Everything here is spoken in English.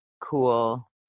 cool